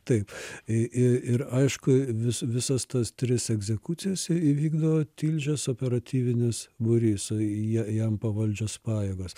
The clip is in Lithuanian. taip ir aišku vi visas tas tris egzekucijas įvykdo tilžės operatyvinis būrys jie jam pavaldžios pajėgos